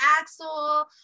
Axel